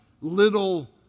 little